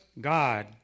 God